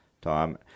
time